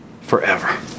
forever